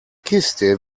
küste